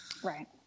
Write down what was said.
Right